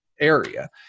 area